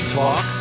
talk